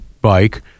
bike